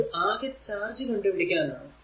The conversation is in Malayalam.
ഇത് ആകെ ചാർജ് കണ്ടു പിടിക്കാൻ ആണ്